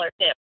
tip